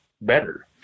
better